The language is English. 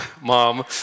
Mom